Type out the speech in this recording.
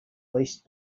leased